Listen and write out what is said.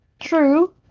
True